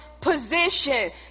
position